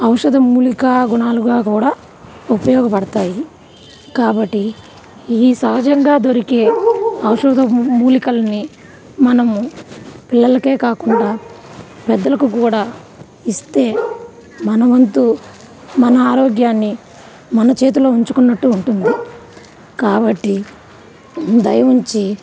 ఔషధమూలికా గుణాలుగా కూడా ఉపయోగపడతాయి కాబట్టి ఈ సహజంగా దొరికే ఔషధం మూలికలని మనం పిల్లలకే కాకుండా పెద్దలకు కూడా ఇస్తే మన వంతు మన ఆరోగ్యాన్ని మన చేతిలో ఉంచుకున్నట్టు ఉంటుంది కాబట్టి దయ ఉంచి